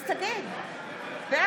אז תגיד בעד.